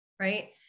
right